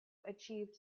achieved